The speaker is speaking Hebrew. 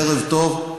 ערב טוב,